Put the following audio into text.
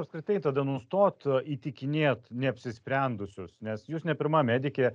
apskritai tada nustot įtikinėt neapsisprendusius nes jūs ne pirma medikė